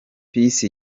peace